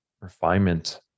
refinement